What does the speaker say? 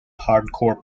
hardcore